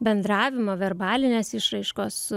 bendravimo verbalinės išraiškos